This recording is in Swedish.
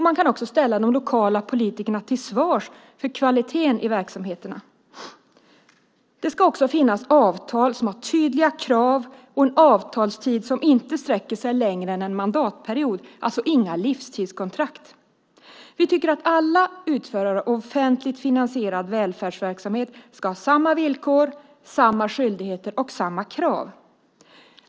Man kan också ställa lokala politiker till svars för kvaliteten i verksamheterna. Det ska också finnas avtal med tydliga krav och med en avtalstid som inte sträcker sig längre än en mandatperiod - alltså inga livstidskontrakt. Vi tycker att det för alla utförare av offentligt finansierad välfärdsverksamhet ska vara samma villkor, samma skyldigheter och samma krav.